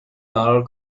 فرار